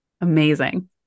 Amazing